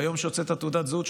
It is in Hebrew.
ביום שהוצאת תעודת זהות,